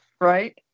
right